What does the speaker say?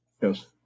yes